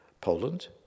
Poland